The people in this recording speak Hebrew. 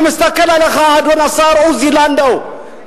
אני מסתכל עליך, אדוני השר עוזי לנדאו.